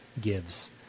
gives